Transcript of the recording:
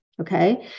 Okay